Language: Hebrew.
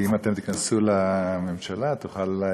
כי אם אתם תיכנסו לממשלה תוכל אולי,